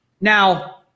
Now